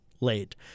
late